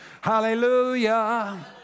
Hallelujah